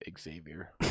Xavier